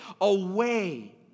away